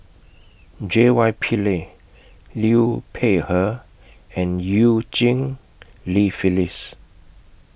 J Y Pillay Liu Peihe and EU Cheng Li Phyllis